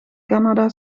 canada